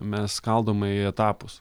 mes skaldom į etapus